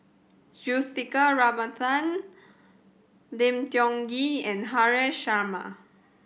Juthika Ramanathan Lim Tiong Ghee and Haresh Sharma